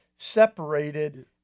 Separated